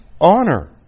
honor